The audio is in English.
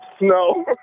No